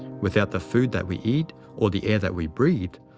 without the food that we eat or the air that we breathe,